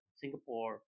Singapore